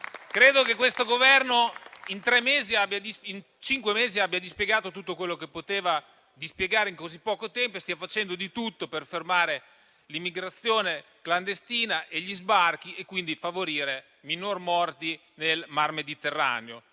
credo che questo Governo, in cinque mesi, abbia dispiegato tutto quello che poteva dispiegare in poco tempo e che stia facendo di tutto per fermare l'immigrazione clandestina e gli sbarchi, quindi per favorire la diminuzione delle morti nel mar Mediterraneo: